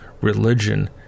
religion